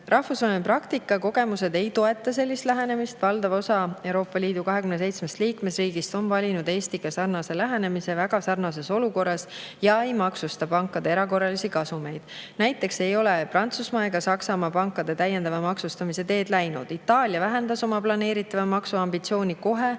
Rahvusvaheline praktika ja kogemused ei toeta sellist lähenemist. Valdav osa Euroopa Liidu 27 liikmesriigist on valinud Eestiga sarnase lähenemise väga sarnases olukorras ja ei maksusta pankade erakorralisi kasumeid. Näiteks ei ole Prantsusmaa ja Saksamaa pankade täiendava maksustamise teed läinud. Itaalia vähendas oma planeeritava maksu ambitsiooni kohe,